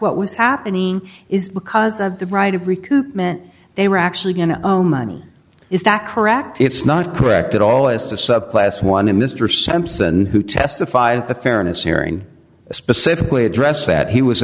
fact what was happening is because of the right of recruitment they were actually going to owe money is that correct it's not correct at all as to subclass one and mr sampson who testified at the fairness hearing specifically address that he was